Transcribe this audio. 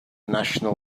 national